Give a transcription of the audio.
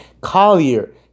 Collier